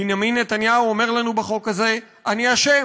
בנימין נתניהו אומר לנו בחוק הזה: אני אשם,